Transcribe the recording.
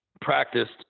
practiced